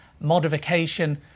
modification